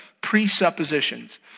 presuppositions